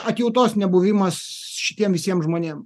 atjautos nebuvimas šitiem visiem žmonėm